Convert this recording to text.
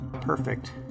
Perfect